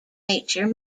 nature